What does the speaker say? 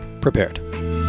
prepared